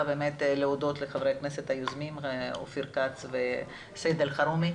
להודות לחברי הכנסת היוזמים אופיר כץ וסעיד אלחרומי.